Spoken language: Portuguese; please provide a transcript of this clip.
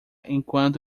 enquanto